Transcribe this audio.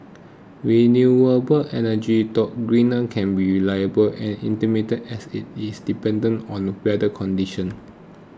renewable energy though greener can be unreliable and intermittent as it is dependent on weather conditions